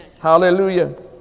Hallelujah